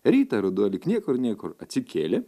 rytą ruduo lyg niekur niekur atsikėlė